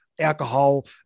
alcohol